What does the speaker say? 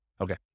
Okay